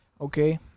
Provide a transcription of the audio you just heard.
okay